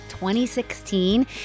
2016